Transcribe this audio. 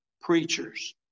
Preachers